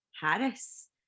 harris